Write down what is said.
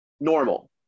normal